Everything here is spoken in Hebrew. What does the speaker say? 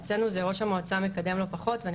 אצלנו זה ראש המועצה מקדם לא פחות ואני